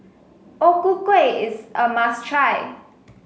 O Ku Kueh is a must try